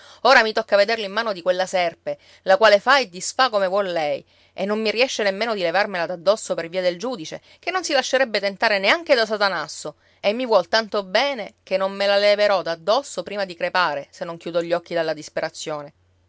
ora mi tocca vederlo in mano di quella serpe la quale fa e disfà come vuol lei e non mi riesce nemmeno di levarmela d'addosso per via del giudice che non si lascerebbe tentare neanche da satanasso e mi vuol tanto bene che non me la leverò d'addosso prima di crepare se non chiudo gli occhi dalla disperazione